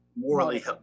Morally